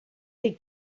they